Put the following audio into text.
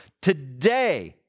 today